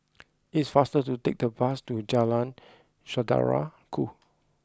it is faster to take the bus to Jalan Saudara Ku